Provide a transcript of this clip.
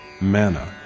manna